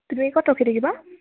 তুমি ক'ত ৰখি থাকিবা